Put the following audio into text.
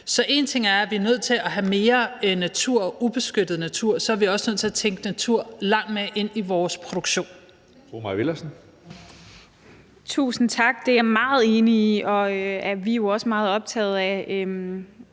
Så én ting er, at vi har brug for at have mere ubeskyttet natur, men vi er også nødt til at tænke natur langt mere ind i vores produktion.